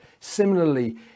similarly